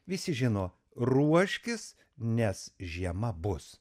visi žino ruoškis nes žiema bus